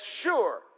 Sure